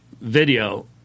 video